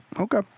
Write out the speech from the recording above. Okay